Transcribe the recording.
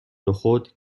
نخود